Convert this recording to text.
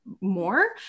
More